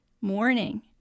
morning